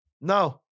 No